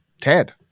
Ted